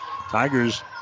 Tigers